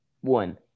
one